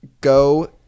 Go